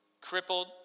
crippled